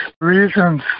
reasons